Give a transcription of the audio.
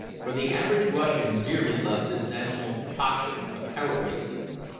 for the average russian dearly loves his national decoction of caraway seeds.